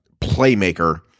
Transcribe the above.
playmaker